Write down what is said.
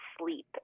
sleep